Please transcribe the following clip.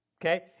okay